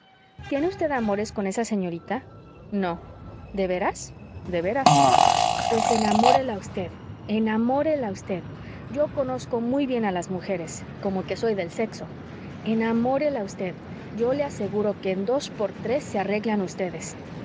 tiene usted amores con esa señorita no de veras de veras pues enamórela usted enamórela usted yo conozco muy bien a las mujeres como que soy del sexo enamórela usted yo le aseguro que en dos por tres se arreglan ustedes